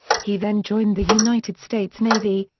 he then joined the united states navy,